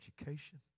education